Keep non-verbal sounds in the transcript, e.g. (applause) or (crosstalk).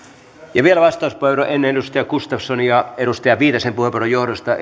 vielä vastauspuheenvuoro edustaja zyskowicz ennen edustaja gustafssonia edustaja viitasen puheenvuoron johdosta (unintelligible)